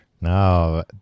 No